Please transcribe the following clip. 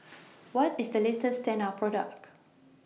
What IS The latest Tena Product